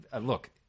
look